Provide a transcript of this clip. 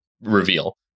reveal